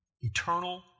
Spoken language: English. Eternal